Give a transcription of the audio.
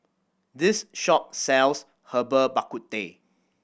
this shop sells Herbal Bak Ku Teh